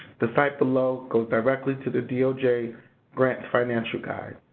the site below goes directly to the doj's grants financial guide.